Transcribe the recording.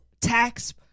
tax